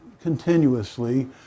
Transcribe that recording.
continuously